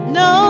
no